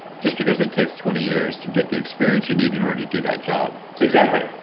just because it takes twenty years to get the experience you need in order to do that job exactly,